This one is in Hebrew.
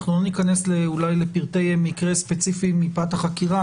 אנחנו לא ניכנס אולי לפרטי מקרה ספציפי מפאת החקירה,